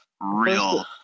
real